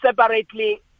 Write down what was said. separately